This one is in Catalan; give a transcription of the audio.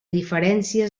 diferència